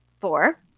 four